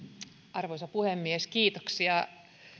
arvoisa puhemies kiitoksia